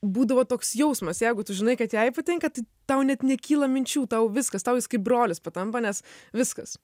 būdavo toks jausmas jeigu tu žinai kad jai patinka tai tau net nekyla minčių tau viskas tau jis kaip brolis patampa nes viskas